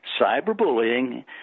Cyberbullying